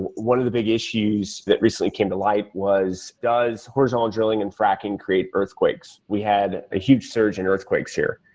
one of the big issues that recently came to life was does horizontal drilling and fracking create earthquakes? we had a huge surge in earthquakes here,